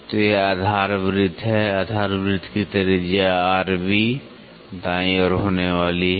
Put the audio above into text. तो यह आधार वृत्त है आधार वृत्त की त्रिज्या rb दाईं ओर होने वाली है